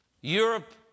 Europe